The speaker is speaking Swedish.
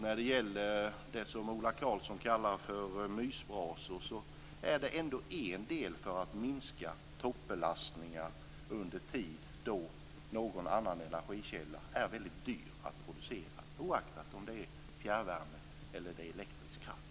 När det gäller det som Ola Karlsson kallar för mysbrasor kan jag konstatera att de ändå utgör en del när det gäller att minska toppbelastningar under tid då någon annan energi är väldigt dyr att producera, oaktat om det rör sig om fjärrvärme eller elektrisk kraft.